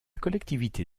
collectivité